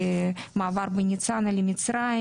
למעבר מניצנה למצרים.